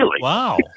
Wow